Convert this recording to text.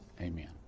Amen